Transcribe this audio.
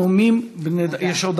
תודה.